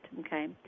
okay